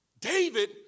David